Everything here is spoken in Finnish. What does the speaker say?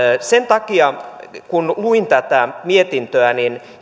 sen takia kun luin tätä mietintöä